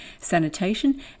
sanitation